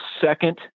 second